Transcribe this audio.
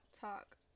talk